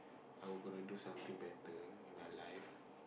I will gonna do something better in my life